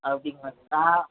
அப்படிங்களா ஆ